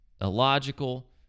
illogical